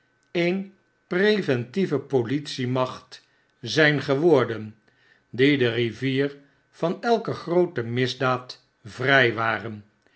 een preventieve politiemacht zyri geworden die de rivier van elke groote misdaad vrflwaren